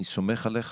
אני סומך עליך,